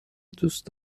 دوست